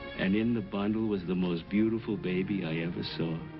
and in the bundle was the most beautiful baby i ever saw.